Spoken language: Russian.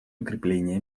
укрепление